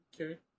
Okay